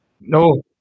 No